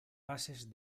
bases